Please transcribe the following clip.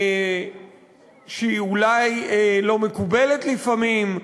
שהיא אולי לא מקובלת לפעמים,